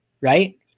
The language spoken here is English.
right